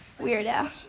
weirdo